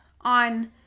on